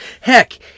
Heck